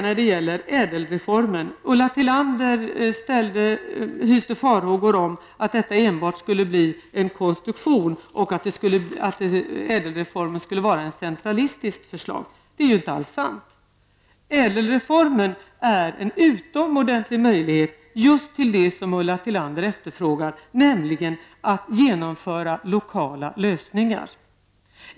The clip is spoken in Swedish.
När det gäller ÄDEL-reformen hyste Ulla Tillander farhågor att detta enbart skulle bli en konstruktion och att ÄDEL-reformen skulle vara ett centralistiskt förslag. Det är inte alls sant. ÄDEL-reformen ger en utomordentlig möjlighet att åstadkomma just det som Ulla Tillander efterfrågar, nämligen lokala lösningar.